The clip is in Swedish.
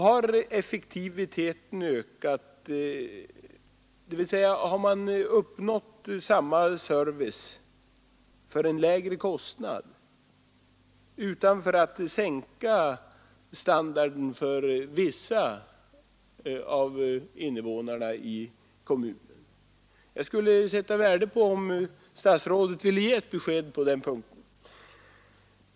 Har effektiviteten ökat, dvs. har man uppnått samma service för en lägre kostnad utan att sänka standarden för vissa av invånarna i kommunen? Jag skulle sätta värde på om statsrådet ville ge ett besked på den punkten.